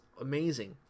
amazing